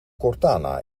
cortana